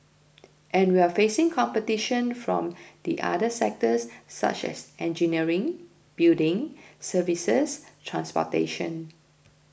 and we're facing competition from the other sectors such as engineering building services transportation